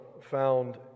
found